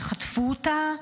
שחטפו אותה.